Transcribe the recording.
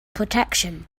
protection